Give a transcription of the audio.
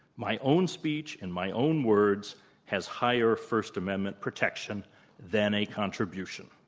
my own speech and my own words has higher first amendment protection than a contribution.